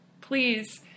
Please